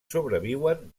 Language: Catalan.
sobreviuen